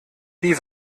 die